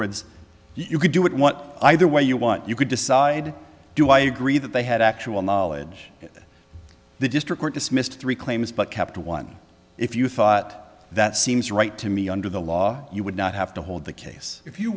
words you could do it what either way you want you could decide do i agree that they had actual knowledge of the district or dismissed three claims but kept one if you thought that seems right to me under the law you would not have to hold the case if you